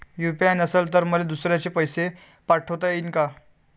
UPI नसल तर मले दुसऱ्याले पैसे पाठोता येईन का?